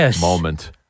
moment